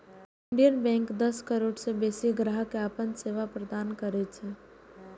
Indian Bank दस करोड़ सं बेसी ग्राहक कें अपन सेवा प्रदान करै छै